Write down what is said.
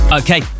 okay